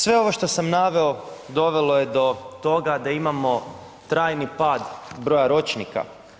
Sve ovo što sam naveo dovelo je do toga da imamo trajni pad broja ročnika.